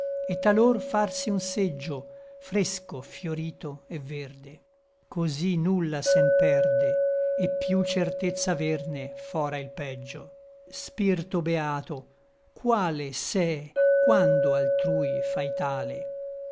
et talor farsi un seggio fresco fiorito et verde cosí nulla se n perde et piú certezza averne fra il peggio spirto beato quale se quando altrui fai tale